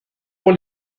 pour